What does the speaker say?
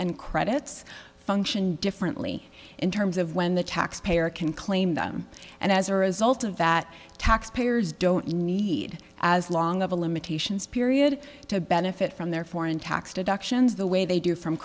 and credits function differently in terms of when the tax payer can claim them and as a result of that tax payers don't need as long as the limitations period to benefit from their foreign tax deductions the way they do from